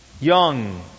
young